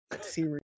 series